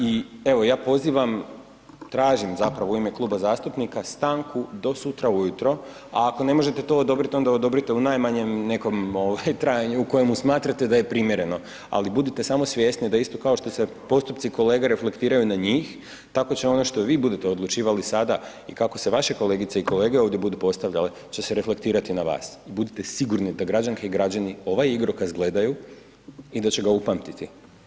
I evo ja pozivam, tražim zapravo u ime kluba zastupnika do sutra ujutro a ako ne možete to odobriti, onda odobrite u najmanjem nekom trajanju u kojemu smatrate da je primjereno ali budite samo svjesni da isto kao što se postupci kolege reflektiraju na njih, tako će ono što vi budete odlučivali sada i kako se vaše kolegice i kolege ovdje budu postavljali će se reflektirati na vas i budite sigurno da građanske i građani ovaj igrokaz gledaju i da će ga upamtiti.